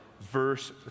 verse